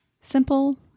simple